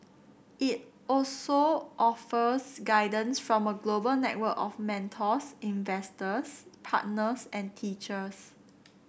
it also offers guidance from a global network of mentors investors partners and teachers